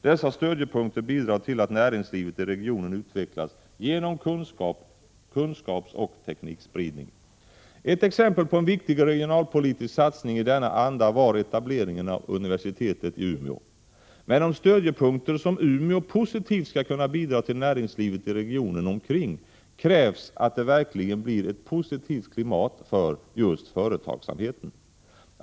Dessa stödjepunkter bidrar till att näringslivet i regionen utvecklas genom kunskapsoch teknikspridning. Ett exempel på en viktig regionalpolitisk satsning i denna anda var etableringen av universitetet i Umeå. Men om stödjepunkter som Umeå positivt skall kunna bidra till näringslivet i regionen omkring krävs att det verkligen blir ett positivt klimat för företagsamheten.